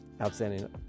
outstanding